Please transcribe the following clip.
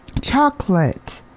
chocolate